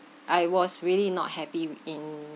I was really not happy with in